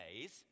days